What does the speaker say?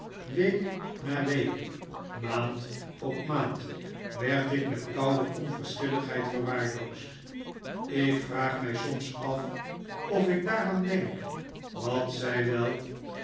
week na week maand op maand werd ik met koude onverschilligheid verwaarloosd ik vraag mij soms af als ik daaraan denk wat zij wel